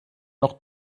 noch